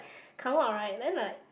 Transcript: come out right then like